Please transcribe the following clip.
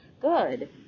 good